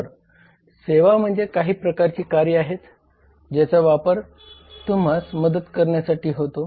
तर सेवा म्हणजे काही प्रकारचे कार्य आहे ज्याचा वापर तुम्हास मदत करण्यासाठी होतो